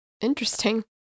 Interesting